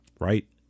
right